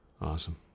Awesome